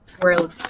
world